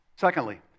Secondly